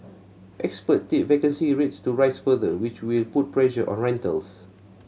expert tipped vacancy rates to rise further which will put pressure on rentals